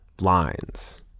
lines